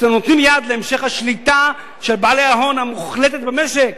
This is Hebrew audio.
שאתם נותנים יד להמשך השליטה של בעלי ההון המוחלטת במשק?